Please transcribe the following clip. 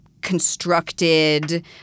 constructed